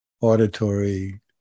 auditory